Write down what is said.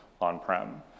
on-prem